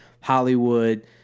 Hollywood